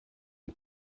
est